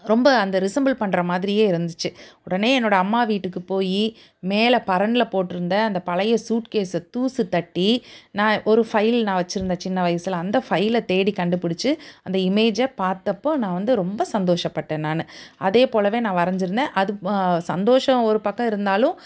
ரொம்ப அந்த ரிசம்புள் பண்ணுற மாதிரியே இருந்துச்சு உடனே என்னோடய அம்மா வீட்டுக்கு போய் மேலே பரண்ணில் போட்டுருந்த அந்த பழைய சூட்கேஸை தூசு தட்டி நான் ஒரு ஃபைல் நான் வச்சுருந்தேன் சின்ன வயசில் அந்த ஃபைலை தேடி கண்டுபிடிச்சி அந்த இமேஜை பார்த்தப்போ நான் வந்து ரொம்ப சந்தோஷப்பட்டேன் நானும் அதே போலவே நான் வரைஞ்சிருந்தேன் அது சந்தோசம் ஒரு பக்கம் இருந்தாலும்